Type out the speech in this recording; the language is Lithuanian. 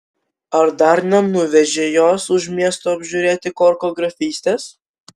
ar dar nenuvežei jos už miesto apžiūrėti korko grafystės